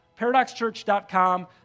ParadoxChurch.com